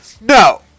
no